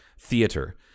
Theater